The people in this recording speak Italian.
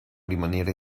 rimanere